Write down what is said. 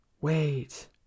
Wait